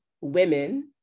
women